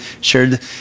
shared